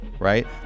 Right